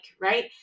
right